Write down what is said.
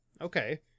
okay